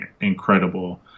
incredible